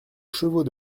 chevaux